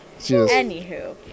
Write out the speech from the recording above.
Anywho